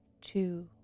two